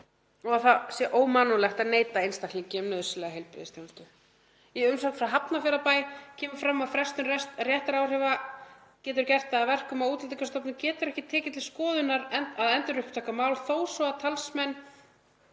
og að það sé ómannúðlegt að neita einstaklingi um nauðsynlega heilbrigðisþjónustu. Í umsögn frá Hafnarfjarðarbæ kemur fram að frestun réttaráhrifa geti gert það að verkum að Útlendingastofnun geti ekki tekið til skoðunar að endurupptaka mál þó svo að talsmenn